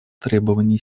требований